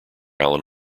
alan